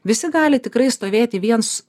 visi gali tikrai stovėti viens